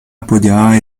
apoyaba